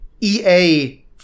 EA